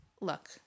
look